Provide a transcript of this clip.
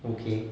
okay